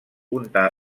una